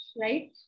right